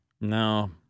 No